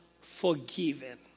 forgiven